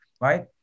right